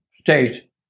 state